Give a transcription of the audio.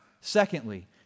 Secondly